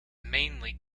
mainly